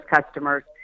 customers